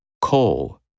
Coal